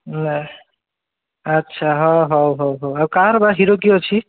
ନା ଆଚ୍ଛା ହଁ ହଉ ହଉ ହଉ ଆଉ କାହାର ବା ହିରୋ କିଏ ଅଛି